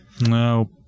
no